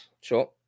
sure